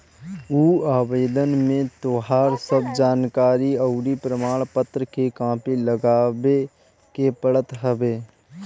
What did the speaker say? उ आवेदन में तोहार सब जानकरी अउरी प्रमाण पत्र के कॉपी लगावे के पड़त हवे